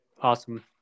awesome